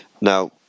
now